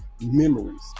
memories